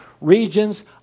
regions